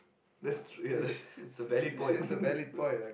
that's true ya that's a valid point